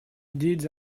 deeds